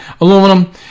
aluminum